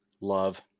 Love